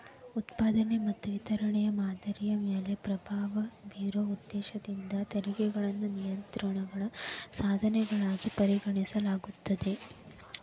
ಉತ್ಪಾದನೆ ಮತ್ತ ವಿತರಣೆಯ ಮಾದರಿಯ ಮ್ಯಾಲೆ ಪ್ರಭಾವ ಬೇರೊ ಉದ್ದೇಶದಿಂದ ತೆರಿಗೆಗಳನ್ನ ನಿಯಂತ್ರಣದ ಸಾಧನಗಳಾಗಿ ಪರಿಗಣಿಸಲಾಗ್ತದ